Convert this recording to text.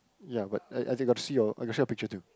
ya but I I they got to see your I got to see your picture too